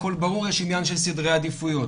הכל ברור ויש עניין של סדרי עדיפויות.